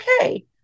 okay